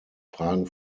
fragen